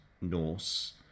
Norse